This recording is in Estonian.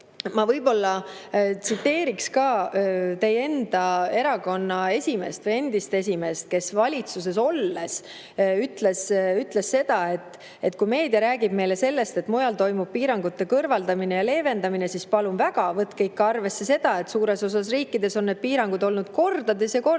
ma tsiteeriks ka teie enda erakonna endist esimeest, kes valitsuses olles ütles, et kui meedia räägib meile sellest, et mujal toimub piirangute kõrvaldamine ja leevendamine, siis palun väga, võtke ikka arvesse seda, et suures osas riikides on need piirangud olnud kordades ja kordades